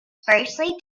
firstly